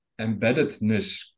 embeddedness